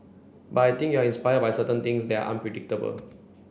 but I think you are inspired by certain things that are unpredictable